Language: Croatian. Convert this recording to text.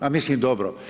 Ma mislim, dobro.